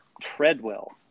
Treadwell